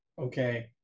okay